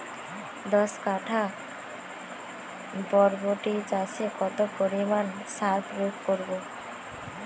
দশ কাঠা বরবটি চাষে কত পরিমাণ সার প্রয়োগ করব?